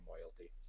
loyalty